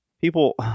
people